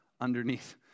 underneath